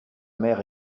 mère